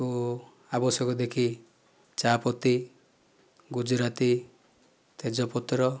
ତାକୁ ଆବଶ୍ୟକ ଦେଖି ଚାହା ପତି ଗୁଜୁରାତି ତେଜପତ୍ର